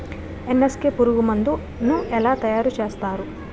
NSK పురుగు మందు ను ఎలా తయారు చేస్తారు?